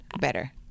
Better